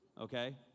Okay